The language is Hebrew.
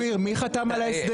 אופיר מי חתם על ההסדר?